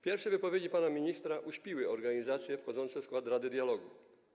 Pierwsze wypowiedzi pana ministra uśpiły organizacje wchodzące w skład rady dialogu.